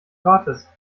gratis